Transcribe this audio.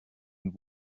and